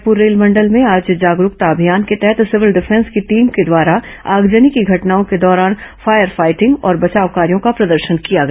रायपुर रेलमंडल में आज जागरूकता अभियान के तहत सिविल डिफेंस की टीम के द्वारा आगजनी की घटनाओं के दौरान फायर फाइटिंग और बचाव कार्यों का प्रदर्शन किया गया